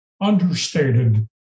understated